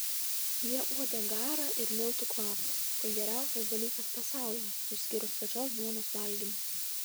jie uodė garą ir miltų kvapą tai geriausias dalykas pasaulyje išskyrus pačios duonos valgymą